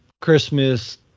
Christmas